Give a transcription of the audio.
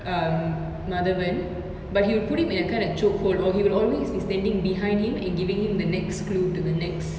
um madhavan but he will put him in a kind of chokehold or he will always be standing behind him and giving him the next clue to the next